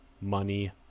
money